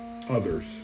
others